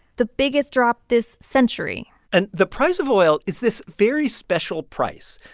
the biggest drop this century and the price of oil is this very special price.